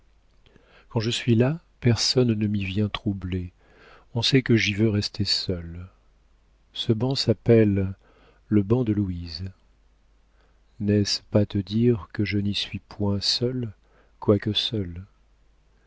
quand je suis là personne ne m'y vient troubler on sait que j'y veux rester seule ce banc s'appelle le banc de louise n'est-ce pas te dire que je n'y suis point seule quoique seule